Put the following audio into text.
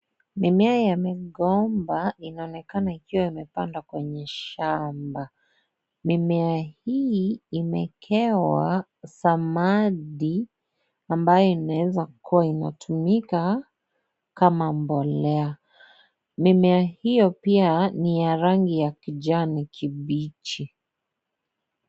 Mimea ya migomba inaonekana ikiwa imepandwa kwenye shamba. Mimea hii imewekewa samadi ambayo inawezakuwa inatumika kama mbolea. Mimea hiyo pia ni ya rangi ya kijani kibichi.